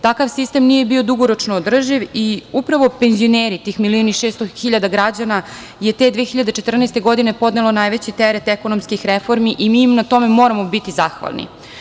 Takav sistem nije bio dugoročno održiv i upravo penzioneri, tih milion i 600 hiljada građana je te 2014. godine podnelo najveći teret ekonomskih reformi i mi im na tome moramo biti zahvalni.